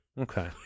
Okay